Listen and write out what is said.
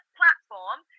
platform